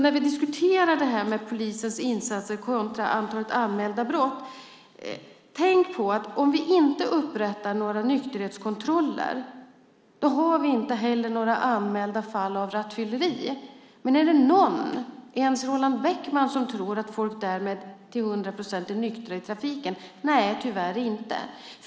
När vi diskuterar polisens insatser kontra antalet anmälda brott vill jag säga: Tänk på att om vi inte upprättar några nykterhetskontroller har vi inte heller några anmälda fall av rattfylleri. Men är det någon, ens Roland Bäckman, som tror att folk därmed till hundra procent är nyktra i trafiken? Nej, tyvärr är det inte så.